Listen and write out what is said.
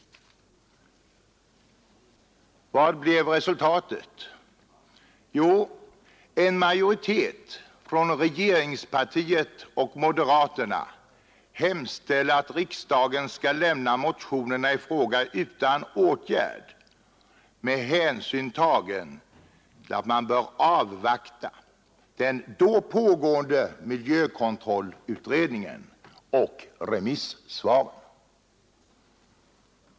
Vad blev resultatet? Jo, en majoritet från regeringspartiet och moderaterna hemställer att riksdagen skall lämna motionerna i fråga utan åtgärd med hänsyn tagen till att man bör avvakta den då pågående miljökontrollutredningen och remissvaren!